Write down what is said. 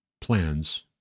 plans